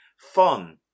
fun